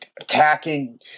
attacking